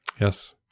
Yes